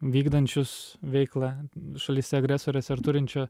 vykdančius veiklą šalyse agresorėse ar turinčio